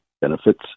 benefits